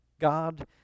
God